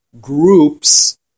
groups